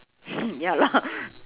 ya lor